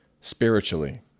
spiritually